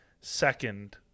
second